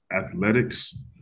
athletics